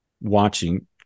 watching